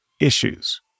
issues